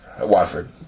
Watford